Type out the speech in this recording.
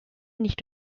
nicht